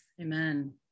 Amen